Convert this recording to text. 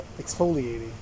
exfoliating